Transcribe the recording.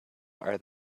are